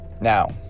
Now